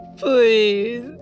Please